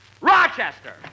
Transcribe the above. Rochester